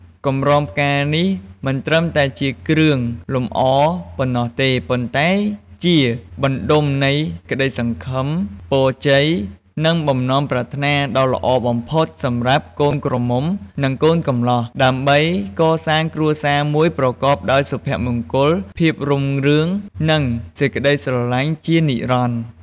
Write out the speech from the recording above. កម្រងផ្កានេះមិនត្រឹមតែជាគ្រឿងលម្អប៉ុណ្ណោះទេ ប៉ុន្តែជា បណ្តុំនៃក្តីសង្ឃឹម ពរជ័យ និងបំណងប្រាថ្នាដ៏ល្អបំផុត សម្រាប់កូនក្រមុំ និងកូនកំលោះ ដើម្បីកសាងគ្រួសារមួយប្រកបដោយសុភមង្គល ភាពរុងរឿង និងសេចក្តីស្រឡាញ់ជានិរន្តរ៍។